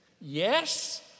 yes